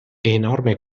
enorme